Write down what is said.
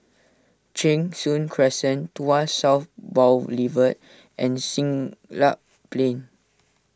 Cheng Soon Crescent Tuas South Boulevard and Siglap Plain